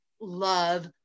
love